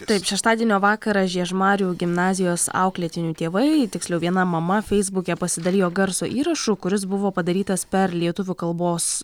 taip šeštadienio vakarą žiežmarių gimnazijos auklėtinių tėvai tiksliau viena mama feisbuke pasidalijo garso įrašu kuris buvo padarytas per lietuvių kalbos